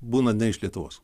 būna ne iš lietuvos